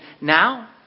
now